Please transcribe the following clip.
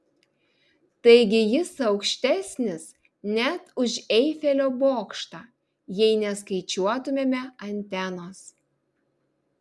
taigi jis aukštesnis net už eifelio bokštą jei neskaičiuotumėme antenos